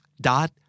dot